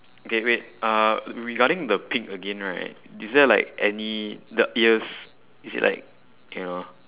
okay wait uh regarding the pig again right is there like any the ears is it like yeah